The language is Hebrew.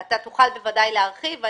אתה בוודאי תוכל להרחיב.